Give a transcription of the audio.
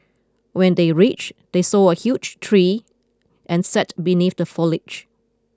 when they reached they saw a huge tree and sat beneath the foliage